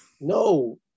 No